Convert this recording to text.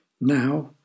Now